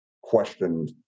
questioned